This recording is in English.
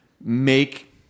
make